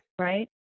Right